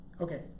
Okay